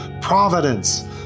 providence